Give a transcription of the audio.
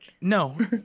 No